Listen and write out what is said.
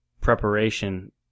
preparation